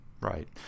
right